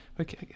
Okay